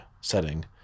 setting